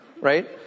right